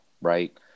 Right